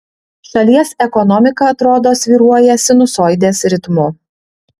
šalies ekonomika atrodo svyruoja sinusoidės ritmu